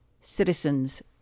citizens